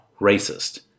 racist